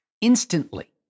instantly